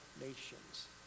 nations